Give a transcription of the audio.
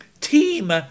team